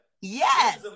Yes